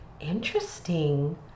Interesting